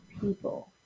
people